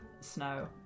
snow